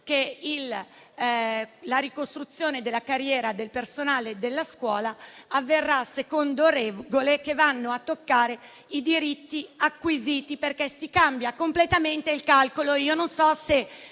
che la ricostruzione della carriera del personale della scuola avverrà secondo regole che vanno a toccare i diritti acquisiti, perché si cambia completamente il calcolo.